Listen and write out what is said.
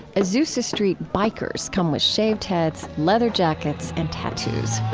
azusa street bikers come with shaved heads, leather jackets, and tattoos